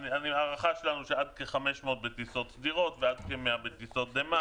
ההערכה שלנו שעד כ-500 בטיסות סדירות ועד כ-100 בטיסות אחרות.